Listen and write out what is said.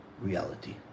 reality